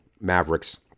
Maverick's